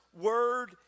Word